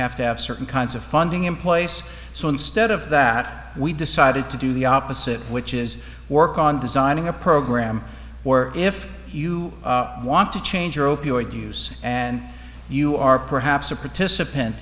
have to have certain kinds of funding in place so instead of that we decided to do the opposite which is work on designing a program or if you want to change your opioid use and you are perhaps a participant